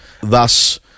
thus